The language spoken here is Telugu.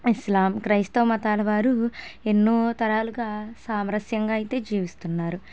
ఇస్లాం క్రైస్తవ మతాలవారు ఎన్నో తరాలుగా సామరస్యంగా అయితే జీవిస్తున్నారు